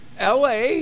LA